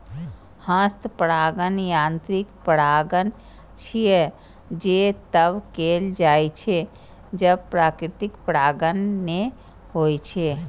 हस्त परागण यांत्रिक परागण छियै, जे तब कैल जाइ छै, जब प्राकृतिक परागण नै होइ छै